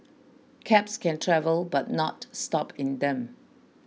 cabs can travel but not stop in them